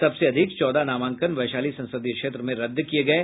सबसे अधिक चौदह नामांकन वैशाली संसदीय क्षेत्र में रद्द किये गये